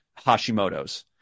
Hashimoto's